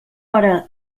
hora